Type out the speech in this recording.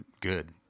good